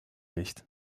nicht